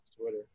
Twitter